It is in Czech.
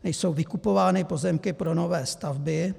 Nejsou vykupovány pozemky pro nové stavby.